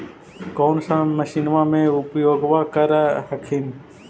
कौन सा मसिन्मा मे उपयोग्बा कर हखिन?